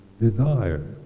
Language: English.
desire